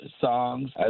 songs